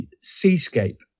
seascape